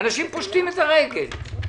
אנשים פושטים את הרגל.